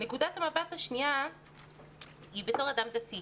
נקודת המבט השנייה היא בתוך אדם דתי